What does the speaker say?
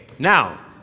Now